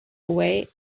away